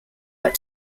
but